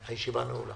הישיבה נעולה.